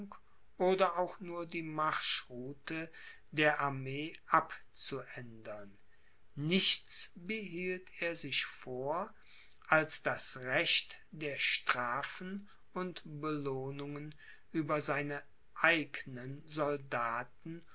oder auch nur die marschroute der armee abzuändern nichts behielt er sich vor als das recht der strafen und belohnungen über seine eignen soldaten